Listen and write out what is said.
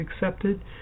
accepted